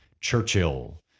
Churchill